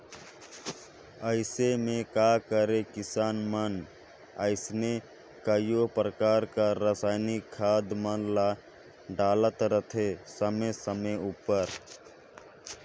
अइसे में का करें किसान मन अइसने कइयो परकार कर रसइनिक खाद मन ल डालत रहथें समे समे उपर